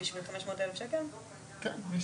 כשבאים לנושא המאוד מורכב הזה,